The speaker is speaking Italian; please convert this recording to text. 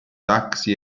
taxi